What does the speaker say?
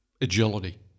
agility